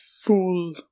fool